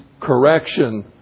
correction